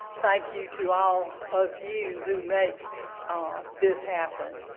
thank you to all of you who make this happen.